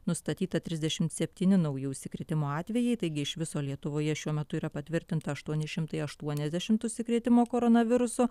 nustatyta trisdešimt septyni nauji užsikrėtimo atvejai taigi iš viso lietuvoje šiuo metu yra patvirtinta aštuoni šimtai aštuoniasdešimt užsikrėtimo koronavirusu